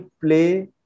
play